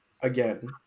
again